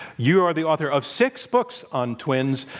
you are the author of six books on twins.